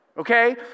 Okay